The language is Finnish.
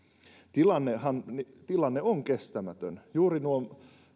tilannehan on kestämätön juuri nuo